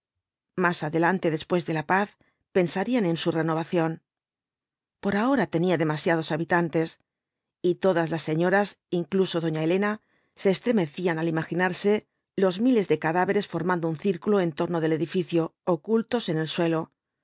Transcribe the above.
más adelante después de la paz pensarían en su renovación por ahora tenía demasiados habitantes y todas las señoras incluso doña elena se estremecían al imaginarse los miles de cadáveres formando un círculo en torno del edificio ocultos en el suelo